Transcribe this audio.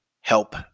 help